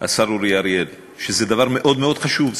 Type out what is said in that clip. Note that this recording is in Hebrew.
השר אורי אריאל, זה דבר מאוד מאוד חשוב.